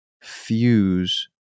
Fuse